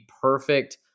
perfect